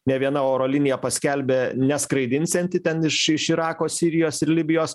ne viena oro linija paskelbė neskraidinsianti ten iš iš irako sirijos ir libijos